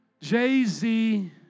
Jay-Z